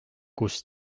kus